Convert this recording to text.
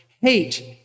hate